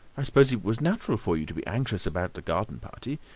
i suppose it was natural for you to be anxious about the garden party.